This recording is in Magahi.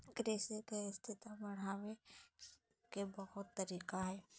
कृषि के स्थिरता बढ़ावे के बहुत तरीका हइ